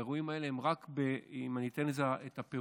האירועים האלה, אם אני אתן את הפירוט: